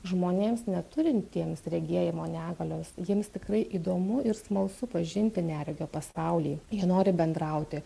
žmonėms neturintiems regėjimo negalios jiems tikrai įdomu ir smalsu pažinti neregio pasaulį jie nori bendrauti